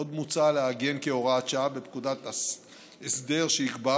עוד מוצע לעגן כהוראת שעה בפקודה הסדר שיקבע